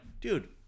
dude